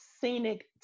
scenic